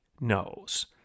knows